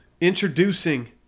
Introducing